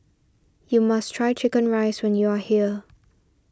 you must try Chicken Rice when you are here